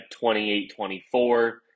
28-24